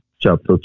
chapter